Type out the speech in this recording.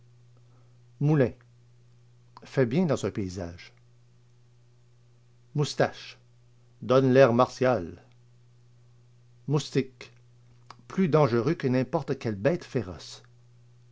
moulin fait bien dans un paysage moustaches donnent l'air martial moustique plus dangereux que n'importe quelle bête féroce